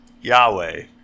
Yahweh